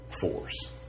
force